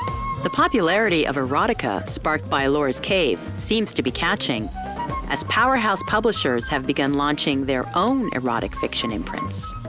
the popularity of erotica, sparked by ellora's cave, seems to be catching as powerhouse publishers have begun launching their own erotic fiction imprints.